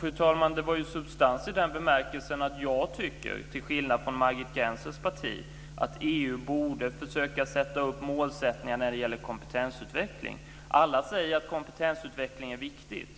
Fru talman! Det var ju substans i den bemärkelsen att jag tycker, till skillnad från Margit Gennsers parti, att EU borde försöka sätta upp målsättningar när det gäller kompetensutveckling. Alla säger att kompetensutveckling är viktigt,